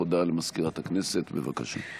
הודעה למזכירת הכנסת, בבקשה.